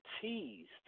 teased